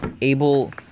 able